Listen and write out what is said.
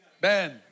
Ben